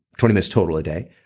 twenty minutes total a day.